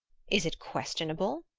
is it questionable?